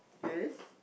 yes